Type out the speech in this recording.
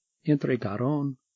entregaron